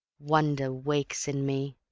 wonder wakes in me.